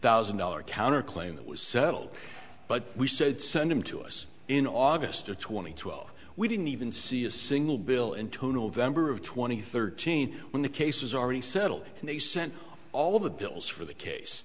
thousand dollars counterclaim that was settled but we said send them to us in august to twenty we didn't even see a single bill into november of twenty thirteen when the case was already settled and they sent all of the bills for the case